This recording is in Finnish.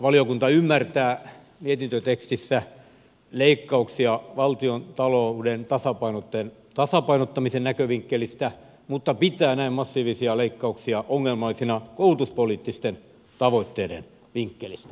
valiokunta ymmärtää mietintötekstissä leikkauksia valtiontalouden tasapainottamisen näkövinkkelistä mutta pitää näin massiivisia leikkauksia ongelmallisina koulutuspoliittisten tavoitteiden vinkkelistä